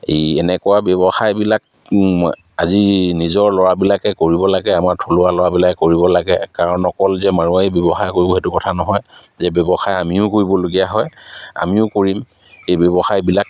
এই এনেকুৱা ব্যৱসায়বিলাক মই আজি নিজৰ ল'ৰাবিলাকে কৰিব লাগে আমাৰ থলুৱা ল'ৰাবিলাকে কৰিব লাগে কাৰণ অকল যে মাৰোৱাৰীয়ে ব্যৱসায় কৰিব সেইটো কথা নহয় যে ব্যৱসায় আমিও কৰিবলগীয়া হয় আমিও কৰিম এই ব্যৱসায়বিলাক